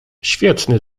świetny